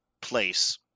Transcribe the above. place